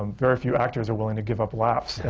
um very few actors are willing to give up laughs